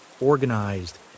organized